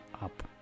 up